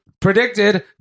predicted